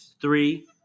three